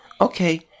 okay